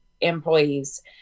employees